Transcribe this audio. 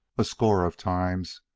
a score of times,